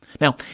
Now